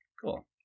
Cool